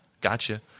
Gotcha